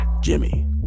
Jimmy